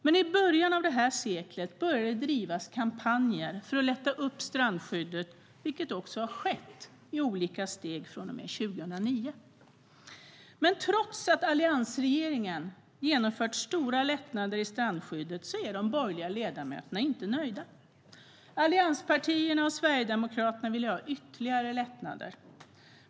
Men i början av det här seklet började det drivas kampanjer för att lätta upp strandskyddet, vilket också har skett i olika steg från och med 2009.Men trots att alliansregeringen har genomfört stora lättnader i strandskyddet är de borgerliga ledamöterna inte nöjda. Allianspartierna och Sverigedemokraterna vill ha ytterligare lättnader.